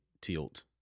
tilt